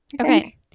Okay